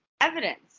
evidence